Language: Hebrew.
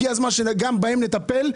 הגיע הזמן שגם בהם נטפל.